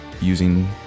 using